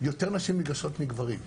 יותר נשים ניגשות מגברים.